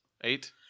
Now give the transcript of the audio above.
Eight